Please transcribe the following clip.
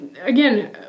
again